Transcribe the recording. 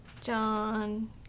John